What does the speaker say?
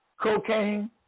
cocaine